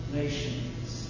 nations